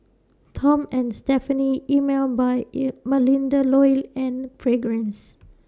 Tom and Stephanie Emel By E Melinda Looi and Fragrance